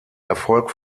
erfolg